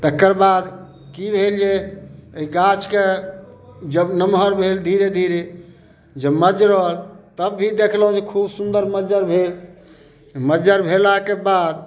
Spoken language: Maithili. तकर बाद कि भेल जे अइ गाछके जब नमहर भेल धीरे धीरे जब मजरल तब भी देखलहुँ जे खूब सुन्दर मज्जर भेल मज्जर भेलाके बाद